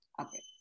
Okay